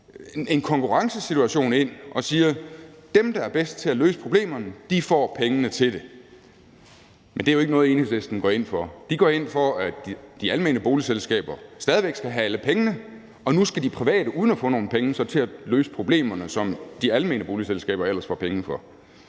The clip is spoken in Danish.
en konkurrencesituation ind og siger: Dem, der er bedst til at løse problemerne, får pengene til det. Men det er jo ikke noget, Enhedslisten går ind for. De går ind for, at de almene boligselskaber stadig væk skal have alle pengene, og nu skal de private, uden at få nogen penge, til at løse problemerne, som de almene boligselskaber ellers får penge for.